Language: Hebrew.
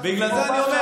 על מה שהיה.